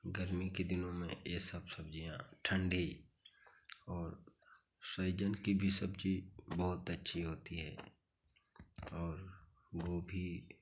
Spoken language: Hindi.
गर्मी के दिनों में ये सब सब्जियाँ ठंडी और सहजन की भी सब्जी बहुत अच्छी होती है और गोभी